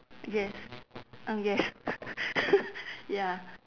yes uh yes ya